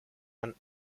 and